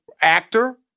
actor